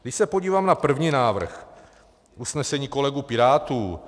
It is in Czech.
Když se podívám na první návrh usnesení kolegů pirátů.